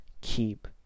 keep